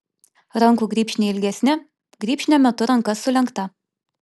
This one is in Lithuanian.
rankų grybšniai ilgesni grybšnio metu ranka sulenkta